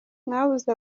mwabuze